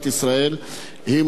היא מוגבלת בשעות שידור